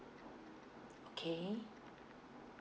okay